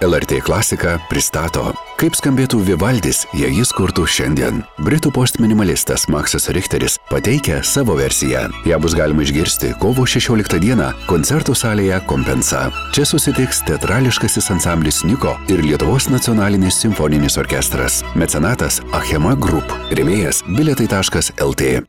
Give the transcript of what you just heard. lrt klasika pristato kaip skambėtų vivaldis jei jis kurtų šiandien britų postminimalistas maksas richteris pateikia savo versiją ją bus galima išgirsti kovo šešioliktą dieną koncertų salėje kompensa čia susitiks teatrališkasis ansamblis niko ir lietuvos nacionalinis simfoninis orkestras mecenatas achema grup rėmėjas bilietai taškas lt